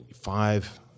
five